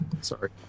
sorry